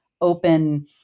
open